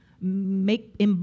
make